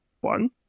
one